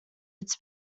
its